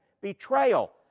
betrayal